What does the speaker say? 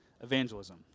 evangelism